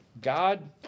God